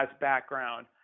background